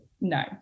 No